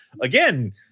again